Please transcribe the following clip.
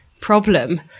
problem